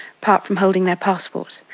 apart from holding their passports.